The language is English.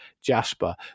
Jasper